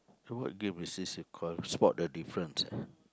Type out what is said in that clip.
so what game is this you call spot the difference ah